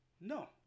No